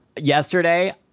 Yesterday